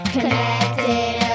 Connected